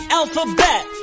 alphabet